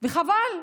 וחבל.